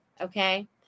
okay